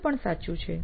દ્ધ પણ સાચું છે